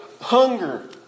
hunger